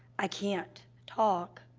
i can't talk,